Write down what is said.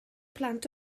plant